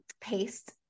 paste